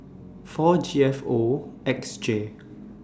four G F O X J